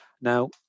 Now